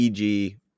EG